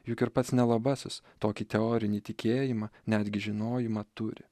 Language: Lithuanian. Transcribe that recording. juk ir pats nelabasis tokį teorinį tikėjimą netgi žinojimą turi